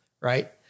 right